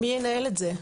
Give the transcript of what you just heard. מי ינהל את זה?